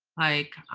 like,